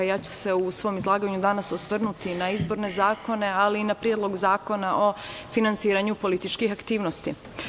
Ja ću se u svom izlaganju danas osvrnuti na izborne zakone, ali i na Predlog zakona o finansiranju političkih aktivnosti.